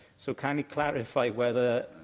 so, can he clarify whether,